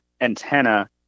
antenna